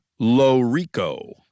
LoRico